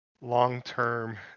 long-term